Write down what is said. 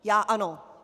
Já ano.